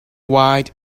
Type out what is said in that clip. wide